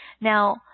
Now